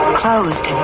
closed